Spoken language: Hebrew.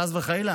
חס וחלילה,